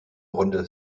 runde